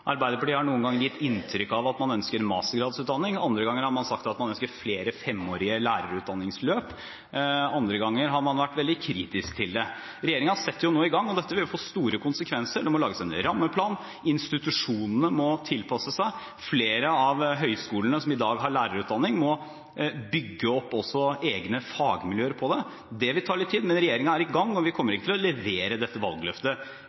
Arbeiderpartiet har noen ganger gitt inntrykk av at man ønsker mastergradsutdanning, andre ganger har man sagt at man ønsker flere femårige lærerutdanningsløp, andre ganger har man vært veldig kritisk til det. Regjeringen setter nå i gang, og dette vil få store konsekvenser. Det må lages en rammeplan, institusjonene må tilpasse seg, flere av høgskolene som i dag har lærerutdanning, må bygge opp også egne fagmiljøer for det. Det vil ta litt tid, men regjeringen er i gang, og vi kommer ikke til å levere dette valgløftet